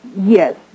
Yes